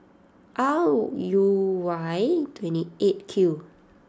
R U Y twenty eight Q